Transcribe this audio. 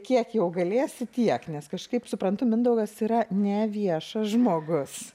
kiek jau galėsi tiek nes kažkaip suprantu mindaugas yra ne viešas žmogus